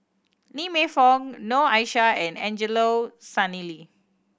Lee Man Fong Noor Aishah and Angelo Sanelli